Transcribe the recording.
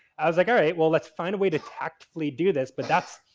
i was like alright, well, let's find a way to tactfully do this. but that's,